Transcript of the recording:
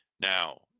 now